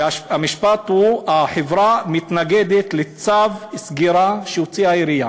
ובמשפט החברה מתנגדת לצו סגירה שהוציאה העירייה,